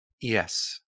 Yes